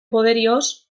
poderioz